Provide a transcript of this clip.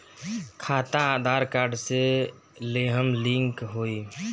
खाता आधार कार्ड से लेहम लिंक होई?